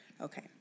Okay